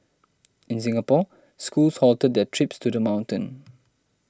in Singapore schools halted their trips to the mountain